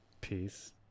peace